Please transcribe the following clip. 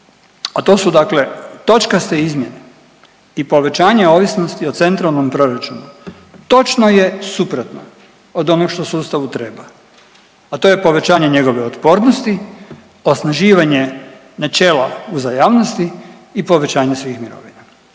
a to su dakle točkaste izmjene i povećanje ovisnosti o centralnom proračunu točno je suprotno od onoga što sustavu treba, a to je povećanje njegove otpornosti, osnaživanje načela uzajamnosti i povećanja svih … /ne